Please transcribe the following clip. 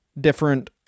different